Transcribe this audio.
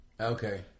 Okay